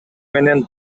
менен